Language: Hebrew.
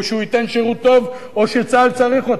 או הוא ייתן שירות טוב, או צה"ל צריך אותו.